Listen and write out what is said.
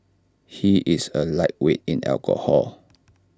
he is A lightweight in alcohol